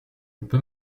peux